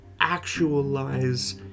actualize